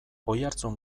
oihartzun